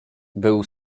był